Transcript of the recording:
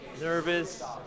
nervous